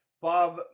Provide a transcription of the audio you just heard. Bob